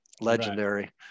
legendary